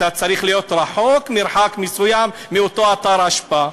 אתה צריך להיות רחוק מרחק מסוים מאותו אתר אשפה.